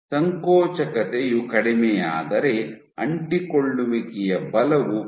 ಸಂಕೋಚಕತೆಯು ಕಡಿಮೆಯಾದರೆ ಅಂಟಿಕೊಳ್ಳುವಿಕೆಯ ಬಲವು ಕಡಿಮೆಯಾಗಬೇಕಿದೆ